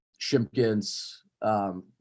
Shimpkins